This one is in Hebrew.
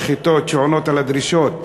משחטות שעונות על הדרישות,